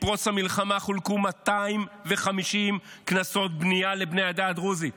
מפרוץ המלחמה חולקו 250 קנסות בנייה לבני העדה הדרוזית